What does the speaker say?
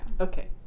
Okay